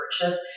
purchase